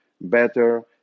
better